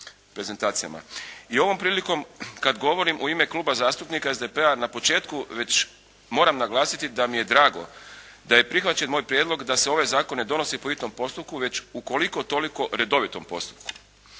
I ovom prilikom kad govorim u ime Kluba zastupnika SDP-a na početku već moram naglasiti da mi je drago da je prihvaćen moj prijedlog da se ovaj zakon ne donosi po hitnom postupku, već u koliko tolikom redovitom postupku.